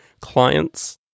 clients